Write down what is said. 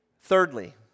Thirdly